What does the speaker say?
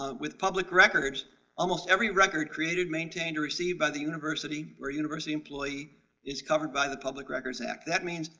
ah with public records almost record created, maintained, or received by the university, where university employee is covered by the public records act that means,